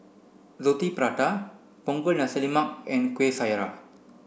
Roti Prata Punggol Nasi Lemak and Kueh Syara